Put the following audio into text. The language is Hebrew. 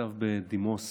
ניצב בדימוס